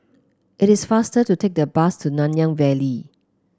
it is faster to take the bus to Nanyang Valley